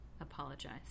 apologize